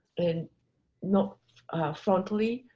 and not frankly,